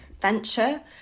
venture